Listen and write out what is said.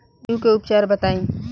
जूं के उपचार बताई?